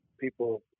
people